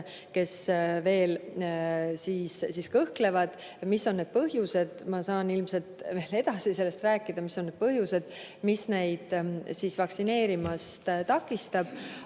veel kõhklevad. Mis on need põhjused? Ma saan ilmselt veel pärastpoole sellest rääkida, mis on need põhjused, mis neid vaktsineerimast takistab.